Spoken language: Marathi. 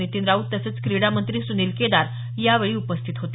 नितीन राऊत तसंच क्रीडामंत्री सुनील केदार यावेळी उपस्थित होते